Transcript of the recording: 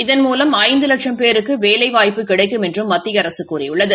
இதன்மூலம் ஐந்துலட்சம் பேருக்கு வேலைவாய்ப்பு கிடக்கும் என்றும் மத்திய அரசு கூறியுள்ளது